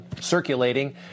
circulating